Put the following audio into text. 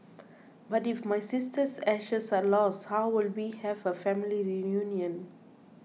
but if my sister's ashes are lost how will we have a family reunion